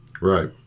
Right